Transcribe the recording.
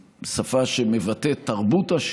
בערבית: